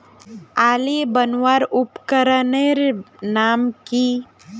आली बनवार उपकरनेर नाम की?